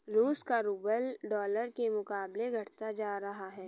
रूस का rouble dollar के मुकाबले घटता जा रहा है